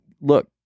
look